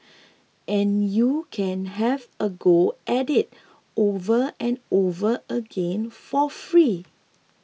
and you can have a go at it over and over again for free